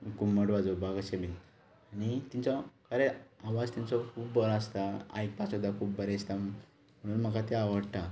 घुमट वाजोवपाक अशे बी आनी तिंचो खरें आवाज तेंचो खूब बरो आसता आयकपा सुद्दां खूब बरें दिसता म्हणून म्हाका तें आवडटा